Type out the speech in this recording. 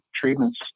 treatments